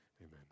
Amen